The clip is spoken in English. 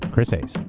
chris hayes.